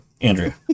Andrea